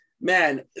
Man